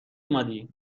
اومدی